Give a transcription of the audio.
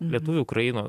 lietuvių ukraina